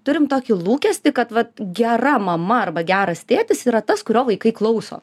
turim tokį lūkestį kad vat gera mama arba geras tėtis yra tas kurio vaikai klauso